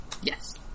Yes